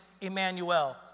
Emmanuel